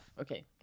Okay